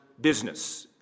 business